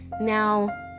now